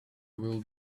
will